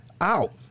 out